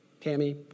Tammy